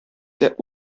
der